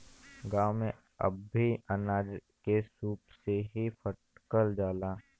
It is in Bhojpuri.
गांव में अब भी अनाज के सूप से ही फटकल जाला